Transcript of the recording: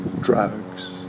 drugs